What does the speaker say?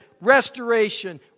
restoration